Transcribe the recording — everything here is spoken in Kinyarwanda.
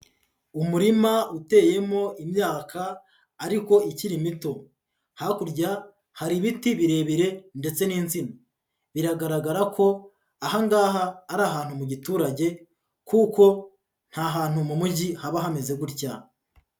Umurima uteyemo imyaka ariko ikiri mito, hakurya hari ibiti birebire ndetse n'insina biragaragara ko aha ngaha ari ahantu mu giturage kuko nta hantu mu mujyi haba hameze gutya.